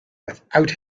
without